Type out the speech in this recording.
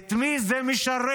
את מי זה משרת?